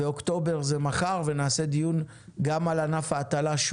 אוקטובר זה מחר ונעשה דיון נוסף לגבי ענף ההטלה.